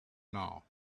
now